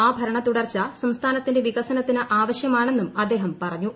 ആ ഭരണത്തൂടർച്ച സംസ്ഥാനത്തിന്റെ വികസനത്തിന് ആവശ്യമാണ്ന്നും അദ്ദേഹം പറഞ്ഞു